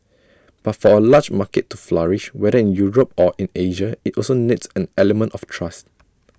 but for A large market to flourish whether in Europe or in Asia IT also needs an element of trust